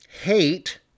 hate